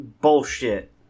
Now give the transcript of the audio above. Bullshit